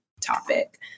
Topic